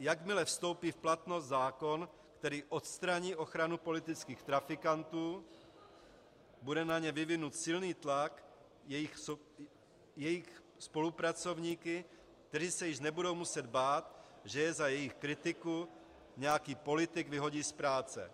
Jakmile vstoupí v platnost zákon, který odstraní ochranu politických trafikantů, bude na ně vyvinut silný tlak jejich spolupracovníky, kteří se již nebudou muset bát, že je za jejich kritiku nějaký politik vyhodí z práce.